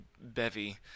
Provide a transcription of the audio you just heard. bevy